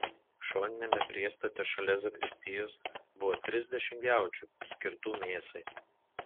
šoniniame priestate šalia zakristijos buvo trisdešimt jaučių skirtų mėsai